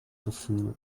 gefühl